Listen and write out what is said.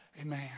Amen